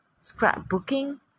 scrapbooking